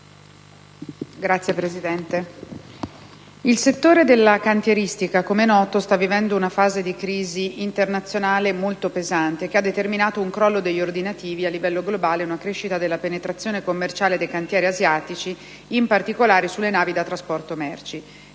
il settore della cantieristica, come noto, sta vivendo una fase di crisi internazionale molto pesante che ha determinato un crollo degli ordinativi a livello globale e una crescita della penetrazione commerciale dei cantieri asiatici, in particolare sulle navi da trasporto merci.